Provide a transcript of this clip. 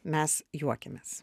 mes juokiamės